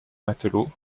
matelot